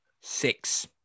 Six